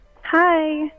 Hi